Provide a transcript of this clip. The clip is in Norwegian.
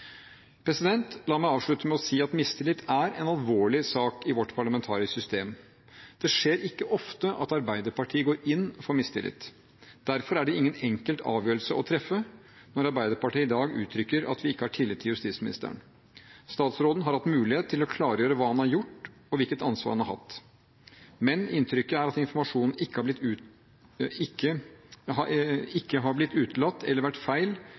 La meg avslutte med å si at mistillit er en alvorlig sak i vårt parlamentariske system. Det skjer ikke ofte at Arbeiderpartiet går inn for mistillit. Derfor er det ingen enkel avgjørelse å treffe når Arbeiderpartiet i dag uttrykker at vi ikke har tillit til justisministeren. Statsråden har hatt mulighet til å klargjøre hva han har gjort og hvilket ansvar han har hatt, men inntrykket er at informasjon har blitt utelatt eller vært feil, eller at ansvaret er blitt